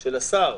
של השר,